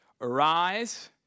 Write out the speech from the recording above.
Arise